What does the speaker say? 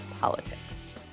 Politics